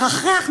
מרחרח,